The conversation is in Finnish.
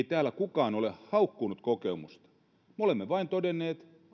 täällä kukaan ole haukkunut kokoomusta me olemme vain todenneet